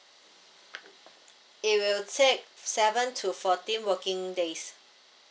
it will take seven to fourteen working days